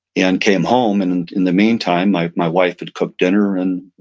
and came home and and in the meantime, my my wife had cooked dinner, and